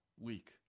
week